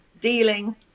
dealing